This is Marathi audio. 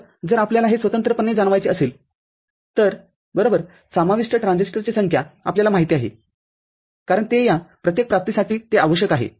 तर जर आपल्याला हे स्वतंत्रपणे जाणवायचे असेल तर बरोबर समाविष्ट ट्रान्झिस्टरची संख्या आपल्याला माहिती आहे कारण ते या प्रत्येक प्राप्तीसाठी ते आवश्यक आहे